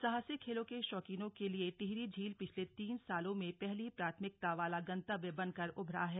साहसिक खेलों के शौकीनों के लिए टिहरी झील पिछले तीन सालों में पहली प्राथमिकता वाला गंतव्य बनकर उभरा है